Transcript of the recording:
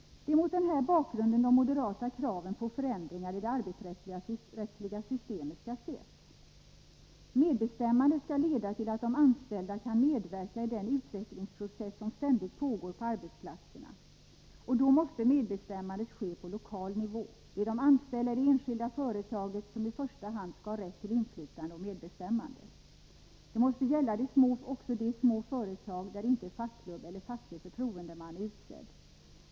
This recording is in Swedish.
Det är mot den här bakgrunden de moderata kraven på förändringar i det arbetsrättsliga systemet skall ses. Medbestämmandet skall leda till att de anställda kan medverka i den utvecklingsprocess som ständigt pågår på arbetsplatserna. Då måste medbestämmandet ske på lokal nivå. Det är de anställda i det enskilda företaget som i första hand skall ha rätt till inflytande och medbestämmande. Det måste också gälla de små företag där inte fackklubb eller facklig förtroendeman är utsedd.